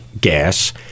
gas